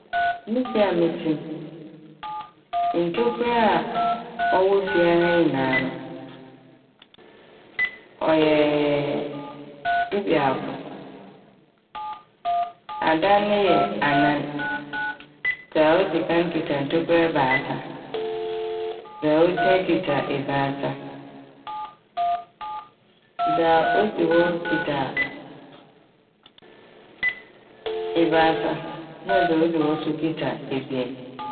Me fie a metse m' ntokura a ɔwɔ fie ha nyinaa no ɔyɛɛ dubiako. Adan ne yɛ anan, dza odzi kan kitsa ntokura ebiasa, dza otsia kitsa ebiasa, dza odzi hɔ kitsa a ebiasa na dza odzi hɔ so kitsa ebien.